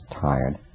tired